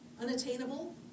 Unattainable